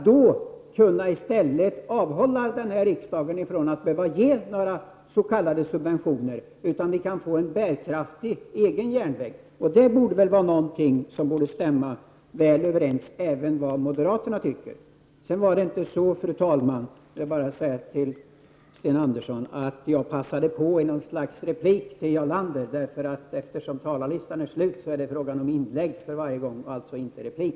Då kan riksdagen avhålla sig från att ge några s.k. subventioner, och vi kan i stället få en bärkraftig egen järnväg. Det borde väl stämma väl överens med vad även moderaterna tycker. Sedan vill jag säga till Sten Andersson i Malmö att det inte var så att jag passade på i något slags replik till Jarl Lander. Eftersom talarlistan är slut, är det fråga om inlägg varje gång, inte replik.